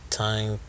time